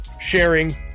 sharing